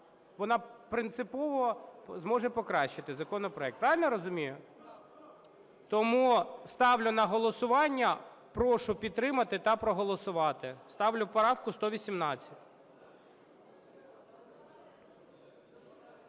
вона принципово зможе покращити законопроект. Правильно я розумію? Тому ставлю на голосування. Прошу підтримати та проголосувати. Ставлю правку 118.